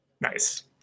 Nice